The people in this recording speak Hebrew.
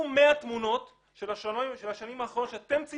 אם תיקחו 100 תמונות של השנים האחרונות שצילמתם,